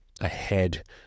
ahead